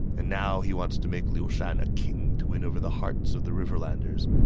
and now, he wants to make liu shan a king to win over the hearts of the riverlanders.